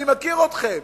אני מכיר אתכם.